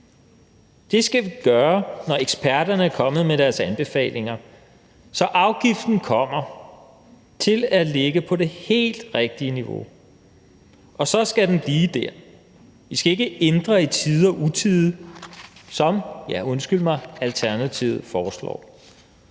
Det skal vi gøre, når eksperterne er kommet med deres anbefalinger, så afgiften kommer til at ligge på det helt rigtige niveau. Og så skal den blive dér; vi skal ikke ændre den i tide og i utide, som – ja, undskyld